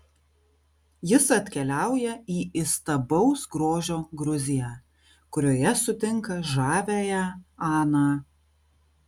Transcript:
jis atkeliauja į įstabaus grožio gruziją kurioje sutinka žaviąją aną